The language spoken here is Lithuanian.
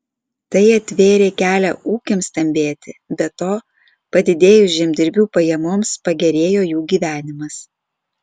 tai atvėrė kelią ūkiams stambėti be to padidėjus žemdirbių pajamoms pagerėjo jų gyvenimas